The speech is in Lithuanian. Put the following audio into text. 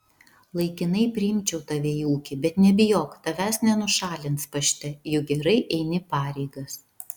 laikinai priimčiau tave į ūkį bet nebijok tavęs nenušalins pašte juk gerai eini pareigas